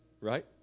Right